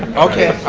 okay.